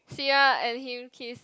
Sierra and him kiss